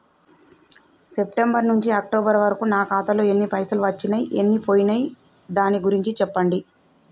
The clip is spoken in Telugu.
సెప్టెంబర్ నుంచి అక్టోబర్ వరకు నా ఖాతాలో ఎన్ని పైసలు వచ్చినయ్ ఎన్ని పోయినయ్ దాని గురించి చెప్పండి?